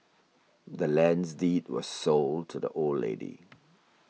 the land's deed was sold to the old lady